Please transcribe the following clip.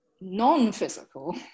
non-physical